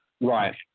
Right